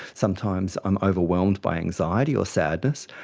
sometimes i'm overwhelmed by anxiety or sadness,